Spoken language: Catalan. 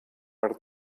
per